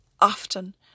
often